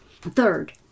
Third